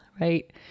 right